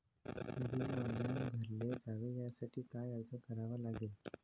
Bill online भरले जावे यासाठी काय अर्ज करावा लागेल?